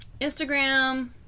Instagram